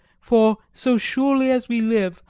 for so surely as we live,